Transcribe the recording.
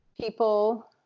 people